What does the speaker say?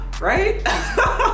Right